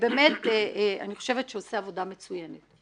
ובאמת אני חושבת שהוא עושה עבודה מצוינת.